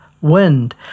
wind